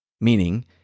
Meaning